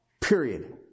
period